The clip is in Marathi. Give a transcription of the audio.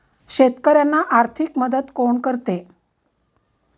शेतकऱ्यांना आर्थिक मदत कोण करते?